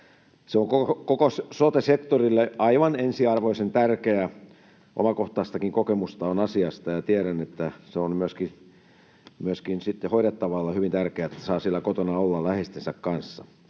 Se on koko sote-sektorille aivan ensiarvoisen tärkeä. Omakohtaistakin kokemusta asiasta on, ja tiedän, että se on myöskin hoidettavalle hyvin tärkeää, että saa siellä kotona olla läheistensä kanssa.